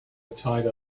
tied